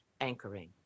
anchoring